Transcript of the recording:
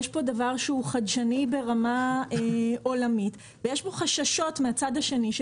יש כאן דבר שהוא חדשני ברמה עולמית ומהצד השני יש